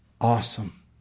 Awesome